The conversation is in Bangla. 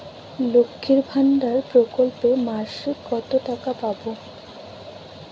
লক্ষ্মীর ভান্ডার প্রকল্পে মাসিক কত টাকা পাব?